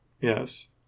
Yes